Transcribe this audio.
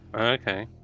Okay